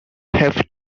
have